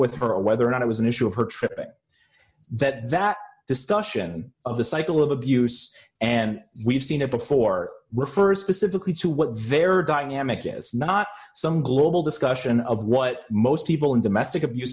with her and whether or not it was an issue of her trip that that discussion of the cycle of abuse and we've seen it before refers specifically to what very dynamic is not some global discussion of what most people in domestic abuse